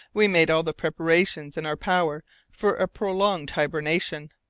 we made all the preparation in our power for a prolonged hibernation.